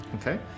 Okay